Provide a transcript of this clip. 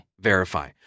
verify